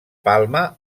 palma